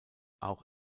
auch